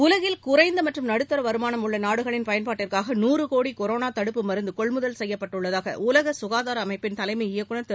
உலகில் குறைந்த மற்றும் நடுத்தர வருமானம் உள்ள நாடுகளின் பயன்பாட்டுக்காக நூறு கோடி கொரோனா தடுப்பு மருந்து கொள்முதல் செய்யப்பட்டுள்ளதாக உலக ககாதார அமைப்பின் தலைமை இயக்குநர் திரு